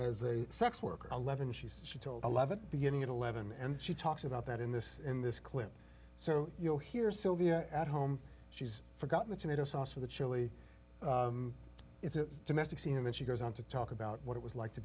as a sex worker eleven she said she told eleven beginning at eleven and she talks about that in this in this clip so you hear sylvia at home she's forgotten the tomato sauce for the chili it's a domestic scene and she goes on to talk about what it was like to